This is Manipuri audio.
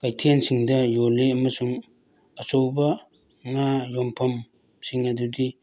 ꯀꯩꯊꯦꯜꯁꯤꯡꯗ ꯌꯣꯜꯂꯤ ꯑꯃꯁꯨꯡ ꯑꯆꯧꯕ ꯉꯥ ꯌꯣꯟꯐꯝꯁꯤꯡ ꯑꯗꯨꯗꯤ